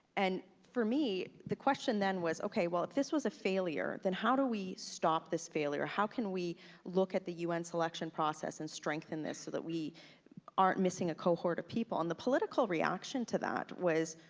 and for me, the question then was, okay, well, if this was a failure, then how do we stop this failure? how can we look at the un selection process and strengthen this so that we aren't missing a cohort of people, and the political reaction to that was,